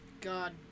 God